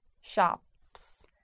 shops